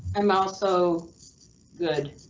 i'm also good.